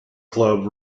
club